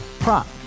Prop